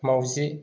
माउजि